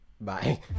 Bye